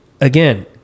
again